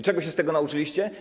Czego się z tego nauczyliście?